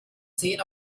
zehn